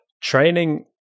training